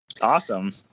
Awesome